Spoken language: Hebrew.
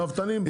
או לרפתנים.